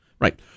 Right